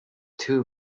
two